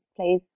please